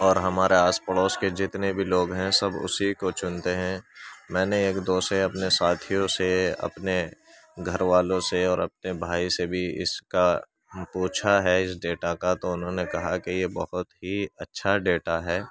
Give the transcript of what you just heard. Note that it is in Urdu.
اور ہمارا آس پڑوس کے جتنے بھی لوگ ہیں سب اسی کو چنتے ہیں میں نے ایک دو سے اپنے ساتھیوں سے اپنے گھر والوں سے اور اپنے بھائی سے بھی اس کا پوچھا ہے اس ڈیٹا کا تو انہوں نے کہا کہ یہ بہت ہی اچھا ڈیٹا ہے